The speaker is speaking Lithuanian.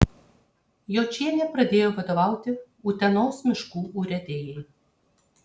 jočienė pradėjo vadovauti utenos miškų urėdijai